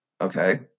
okay